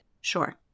sure